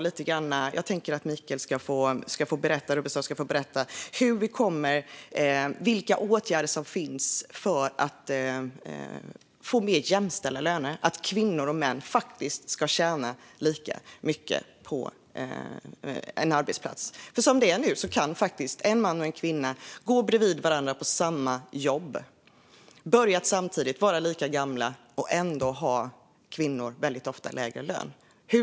Michael Rubbestad får gärna berätta vilka åtgärder som finns för att få mer jämställda löner, så att kvinnor och män på en arbetsplats tjänar lika mycket. Som det är nu kan en man och en kvinna som har börjat samtidigt och är lika gamla gå bredvid varandra på samma jobb, och ändå har kvinnan väldigt ofta lägre lön.